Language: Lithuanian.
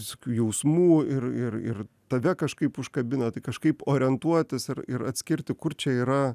visokių jausmų ir ir ir tave kažkaip užkabina tai kažkaip orientuotis ir ir atskirti kur čia yra